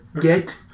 get